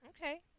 Okay